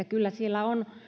kyllä on